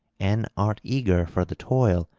and art eager for the toil,